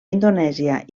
indonèsia